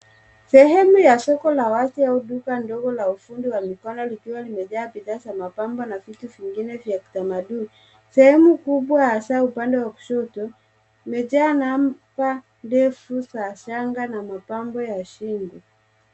Sehemu ya soko la watu au duka ndogo la ufundi wa mikono likiwa limejaa bidhaa za mapambo na vitu vingine vya kitamaduni ,sehemu kubwa hasa upande wa kushoto, imejaa namba ndefu zaa shanga na mapambo ya shingo.